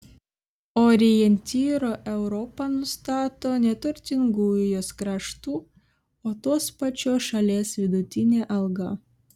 orientyru europa nustato ne turtingųjų jos kraštų o tos pačios šalies vidutinę algą